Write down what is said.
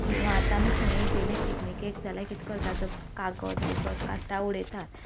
किंवा आतां आमी खंय गेलीं पिकनिकेक जाल्यार कितें करतात कागद बिगद काडटा उडयता